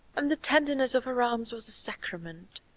and the tenderness of her arms was a sacrament.